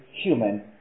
human